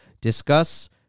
discuss